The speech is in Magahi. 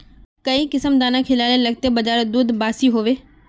काई किसम दाना खिलाले लगते बजारोत दूध बासी होवे?